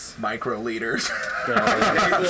microliters